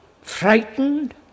frightened